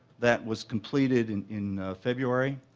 that was completed and in february,